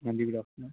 ਹਾਂਜੀ good afternoon